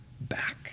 back